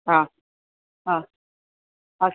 हा हा अस्